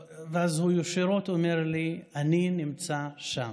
ואז הוא ישירות אומר לי: אני נמצא שם.